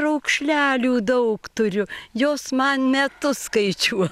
raukšlelių daug turiu jos man metus skaičiuo